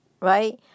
right